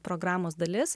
programos dalis